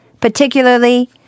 particularly